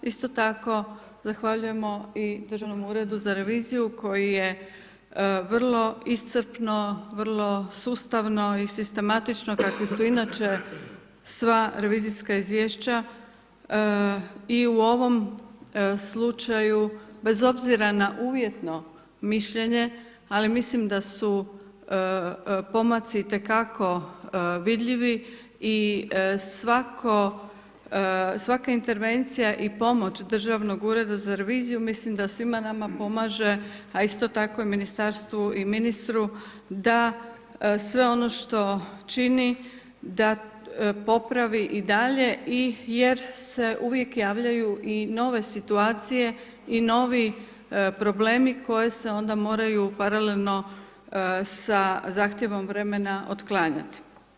Isto tako zahvaljujemo i Državnom uredu za reviziju koji je vrlo iscrpno, vrlo sustavno i sistematično kakva su inače sva revizijska izvješća i u ovom slučaju bez obzira na uvjetno mišljenje ali mislim da su pomaci itekako vidljivi i svaka intervencija i pomoć Državnog ureda za reviziju mislim da svima nama pomaže a isto tako i ministarstvu i ministru da sve ono što čini da popravi i dalje jer se uvijek javljaju i nove situacije i novi problemi koji se onda moraju paralelno sa zahtjevom vremena otklanjati.